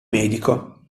medico